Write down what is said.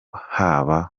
haba